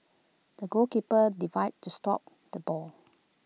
the goalkeeper divide to stop the ball